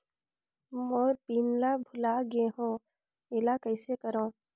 मोर PIN ला भुला गे हो एला कइसे करो?